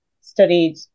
studied